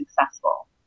successful